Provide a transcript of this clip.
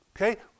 Okay